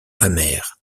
amère